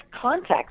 context